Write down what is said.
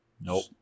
Nope